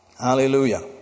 Hallelujah